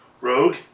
Rogue